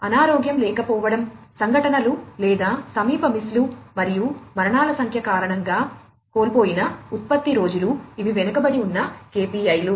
అనారోగ్యం లేకపోవడం సంఘటనలు లేదా సమీప మిస్లు మరియు మరణాల సంఖ్య కారణంగా కోల్పోయిన ఉత్పత్తి రోజులు ఇవి వెనుకబడి ఉన్న KPI లు